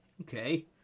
Okay